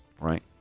right